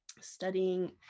studying